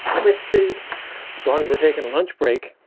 with food. as long as we're taking a lunch break,